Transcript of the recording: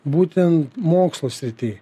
būtent mokslo srity